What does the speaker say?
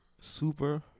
super